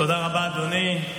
תודה רבה, אדוני.